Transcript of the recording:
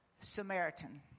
Samaritan